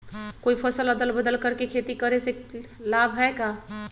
कोई फसल अदल बदल कर के खेती करे से लाभ है का?